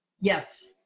Yes